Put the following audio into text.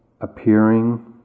appearing